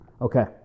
Okay